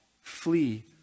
flee